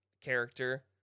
character